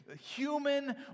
human